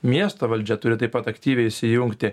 miesto valdžia turi taip pat aktyviai įsijungti